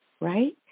right